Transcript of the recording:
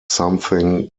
something